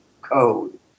code